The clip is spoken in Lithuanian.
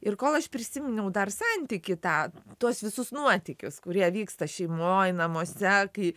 ir kol aš prisiminiau dar santykį tą tuos visus nuotykius kurie vyksta šeimoj namuose kai